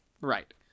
right